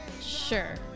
sure